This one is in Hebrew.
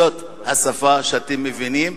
זאת השפה שאתם מבינים,